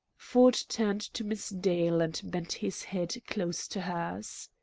ford turned to miss dale and bent his head close to hers.